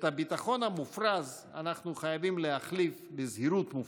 את הביטחון המופרז אנחנו חייבים להחליף בזהירות מופרזת,